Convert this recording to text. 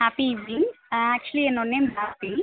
happy evening uh actually என்னோட name happy